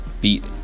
beat